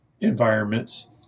environments